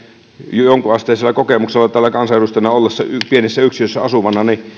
jo jonkunasteisella kokemuksella täällä kansanedustajana ollessa pienessä yksiössä asuvana